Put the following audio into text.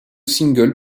singles